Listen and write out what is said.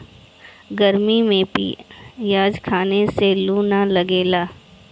गरमी में पियाज खइला से लू ना लागेला